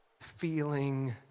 feeling